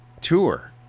tour